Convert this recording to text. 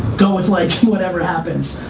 go with like whatever happens.